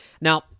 Now